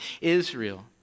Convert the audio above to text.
Israel